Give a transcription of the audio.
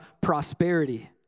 prosperity